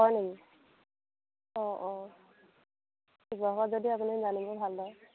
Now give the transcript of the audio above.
হয় নেকি অঁ অঁ শিৱসাগৰত যদি আপুনি জানিব ভালদৰে